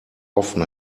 often